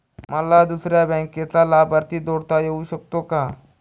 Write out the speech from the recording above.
मला दुसऱ्या बँकेचा लाभार्थी जोडता येऊ शकतो का?